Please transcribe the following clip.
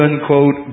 unquote